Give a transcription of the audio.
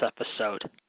episode